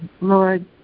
Lord